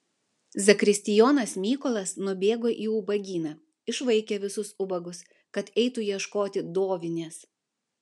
zakristijonas mykolas nubėgo į ubagyną išvaikė visus ubagus kad eitų ieškoti dovinės